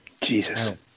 Jesus